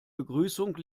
begrüßung